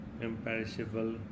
imperishable